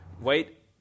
wait